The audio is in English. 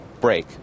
break